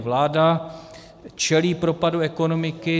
Vláda čelí propadu ekonomiky.